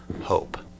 hope